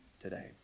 today